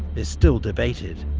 is still debated.